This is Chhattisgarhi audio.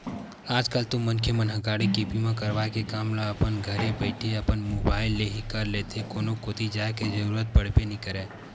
आज कल तो मनखे मन ह गाड़ी के बीमा करवाय के काम ल अपन घरे बइठे अपन मुबाइल ले ही कर लेथे कोनो कोती जाय के जरुरत पड़बे नइ करय